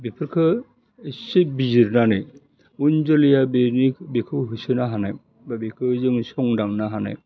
बेफोरखो एसे बिजिरनानै उन जोलैआ बेनि बेखौ होसोनो हानाय बा बेखौ जोङो संदाननो हानाय